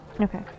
Okay